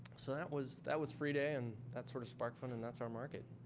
so that was that was free day, and that's sort of sparkfun and that's our market.